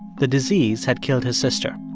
the disease had killed his sister.